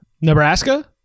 Nebraska